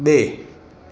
બે